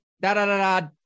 da-da-da-da